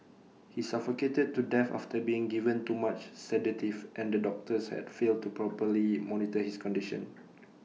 he suffocated to death after being given too much sedative and the doctors had failed to properly monitor his condition